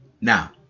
now